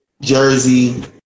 Jersey